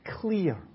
clear